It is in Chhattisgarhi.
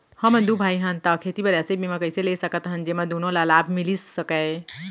हमन दू भाई हन ता खेती बर ऐसे बीमा कइसे ले सकत हन जेमा दूनो ला लाभ मिलिस सकए?